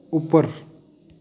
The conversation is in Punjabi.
ਉੱਪਰ